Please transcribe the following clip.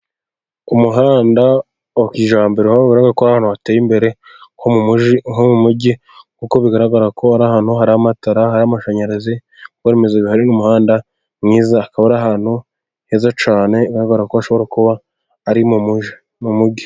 Ku muhanda wa kijyambere aho bavuga ko ari ahantu hateye imbere nko mu mugi, nko mu mugi kuko bigaragara ko ari ahantu hari amatara, hari amashanyarazi, ibikorwa remezo bihari ni umuhanda mwiza, akaba ari ahantu heza cyane bigaragara ko hashobora kuba ari mu mugi, mu mugi.